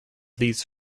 these